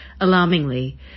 Alarmingly